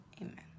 amen